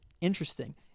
interesting